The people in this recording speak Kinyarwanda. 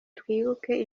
twibuke